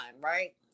right